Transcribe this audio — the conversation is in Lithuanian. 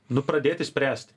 nu pradėti spręst